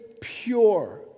pure